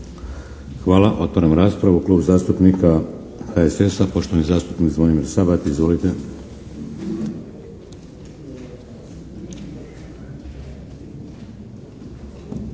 Hvala. Otvaram raspravu. Klub zastupnika HSS-a poštovani zastupnik Zvonimir Sabati. Izvolite.